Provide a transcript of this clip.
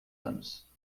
anos